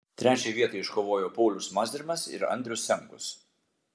trečią vietą iškovojo paulius mazrimas ir andrius senkus